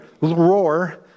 roar